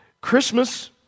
Christmas